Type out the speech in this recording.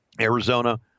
Arizona